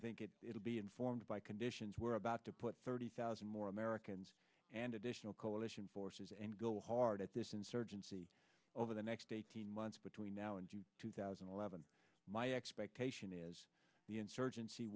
think it will be informed by conditions we're about to put thirty thousand more americans and additional coalition forces and go hard at this insurgency over the next eighteen months between now and you two thousand and eleven my expectation is the insurgency